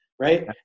right